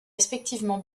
respectivement